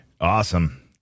Awesome